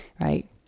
right